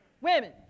women